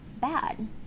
bad